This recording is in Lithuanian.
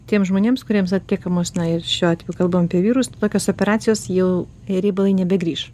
tiems žmonėms kuriems atliekamos na ir šiuo atveju kalbam apie vyrus tokios operacijos jau riebalai nebegrįš